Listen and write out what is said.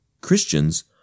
Christians